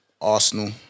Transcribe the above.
Arsenal